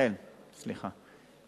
רחל, סליחה.